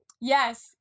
Yes